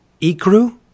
Ikru